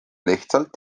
lihtsalt